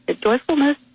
Joyfulness